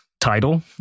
title